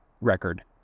record